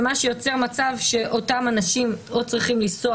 וזה יוצר מצב שאותם אנשים צריכים לנסוע